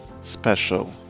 special